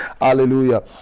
Hallelujah